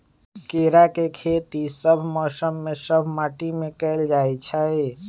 केराके खेती सभ मौसम में सभ माटि में कएल जाइ छै